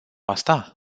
asta